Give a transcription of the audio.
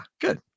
good